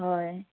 হয়